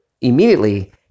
immediately